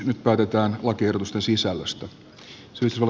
nyt päätetään lakiehdotusten sisällöstä